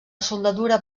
soldadura